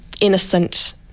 innocent